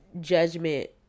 judgment